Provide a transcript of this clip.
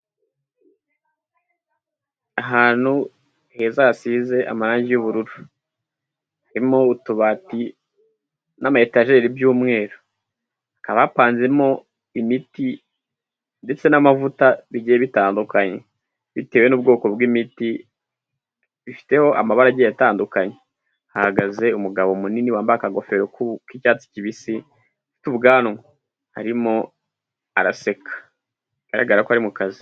Ahantu heza hasize amarangi y'ubururu, harimo utubati n'ama etajeri by'umweru, hakaba hapanzemo imiti ndetse n'amavuta bigiye bitandukanye, bitewe n'ubwoko bw'imiti bifiteho amabara agiye atandukanye, hahagaze umugabo munini wambaye ingofero k'icyatsi kibisi ufite ubwanwa, arimo araseka bigaragara ko ari mu kazi.